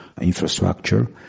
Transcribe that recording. infrastructure